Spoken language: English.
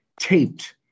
taped